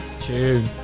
Two